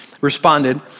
responded